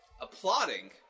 applauding